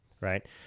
right